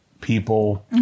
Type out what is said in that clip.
people